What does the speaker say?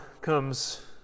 comes